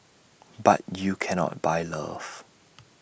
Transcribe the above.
but you cannot buy love